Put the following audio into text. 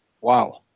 Wow